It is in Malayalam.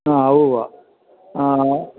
ആ ഉവ്വവ്വ ആ